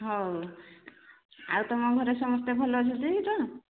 ହଉ ଆଉ ତୁମ ଘରେ ସମସ୍ତେ ଭଲ ଅଛନ୍ତି ତ